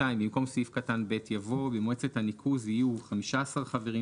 במקום סעיף קטן (ב) יבוא: "(ב) במועצת הניקוז יהיו 15 חברים,